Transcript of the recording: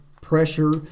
pressure